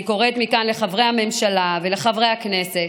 אני קוראת מכאן לחברי הממשלה ולחברי הכנסת: